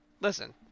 Listen